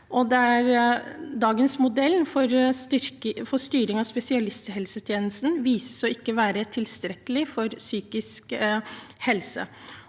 Dagens modell for styring av spesialisthelsetjenesten viser seg ikke å være tilstrekkelig for psykisk helse.